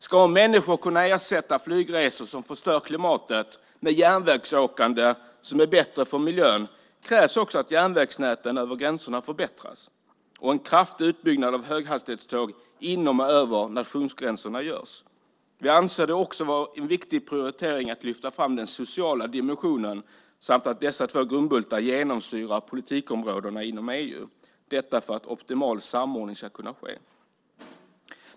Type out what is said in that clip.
Ska människor kunna ersätta flygresor som förstör klimatet med järnvägsåkande som är bättre för miljön krävs också att järnvägsnäten över gränserna förbättras och att en kraftig utbyggnad av höghastighetståg inom och över nationsgränserna görs. Vi anser det också vara en viktig prioritering att lyfta fram den sociala dimensionen samt att dessa två grundbultar genomsyrar alla politikområden inom EU, detta för att optimal samordning ska kunna ske.